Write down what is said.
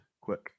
quick